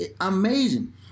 amazing